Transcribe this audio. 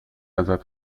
ازت